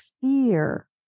fear